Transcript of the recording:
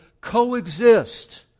coexist